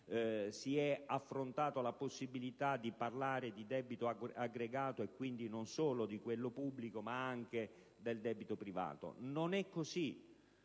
si è affrontata la possibilità di parlare di debito aggregato (quindi non solo di quello pubblico, ma anche di quello privato). Non è così,